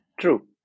true